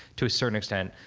to a certain extent,